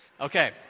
okay